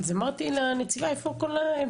שאלתי את הנציבה: איפה כולם?